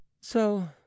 So